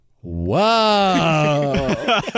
Whoa